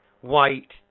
white